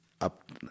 up